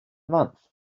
month